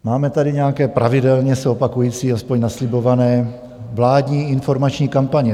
Máme tady nějaké pravidelně se opakující, alespoň naslibované, vládní informační kampaně.